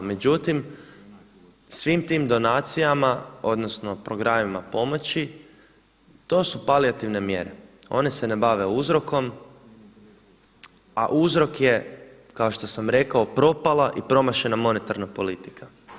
Međutim, svim tim donacijama, odnosno programima pomoći to su palijativne mjere, one se ne bave uzrokom, a uzrok je kao što sam rekao propala i promašena monetarna politika.